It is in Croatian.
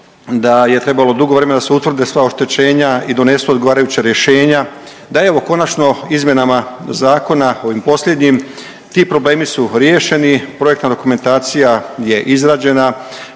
da je trebalo dugo vremena da se utvrde sva oštećenja i donesu odgovarajuća rješenja, da evo konačno izmjenama zakona ovim posljednjim ti problemi su riješeni, projektna dokumentacija je izrađena,